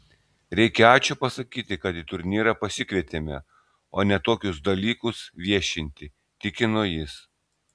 reikia ačiū pasakyti kad į turnyrą pasikvietėme o ne tokius dalykus viešinti tikino jis